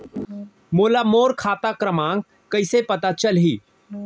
मोला मोर खाता क्रमाँक कइसे पता चलही?